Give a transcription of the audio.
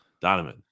Donovan